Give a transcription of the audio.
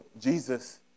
Jesus